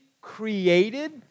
created